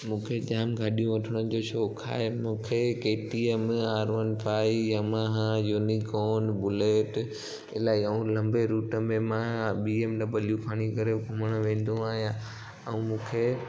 मूंखे जाम गाॾियूं वठण जो शौक़ु आहे मूंखे K T M R one five Yamaha Unicorn Bullet अलाई ऐं लंबे रुट में मां बी एम डब्लू खणी करे घुमणु वेंदो आहियां ऐं मूंखे